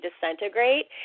disintegrate